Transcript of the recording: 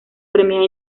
premiada